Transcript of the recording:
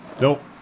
Nope